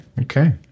okay